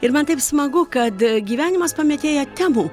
ir man kaip smagu kada gyvenimas pamėtėja temų